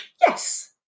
yes